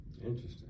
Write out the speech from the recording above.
Interesting